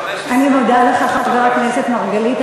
אני מודה לך, חבר הכנסת מרגלית.